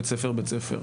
בית ספר-בית ספר.